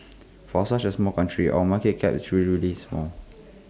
for such A small country our market cap is really really small